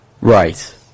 Right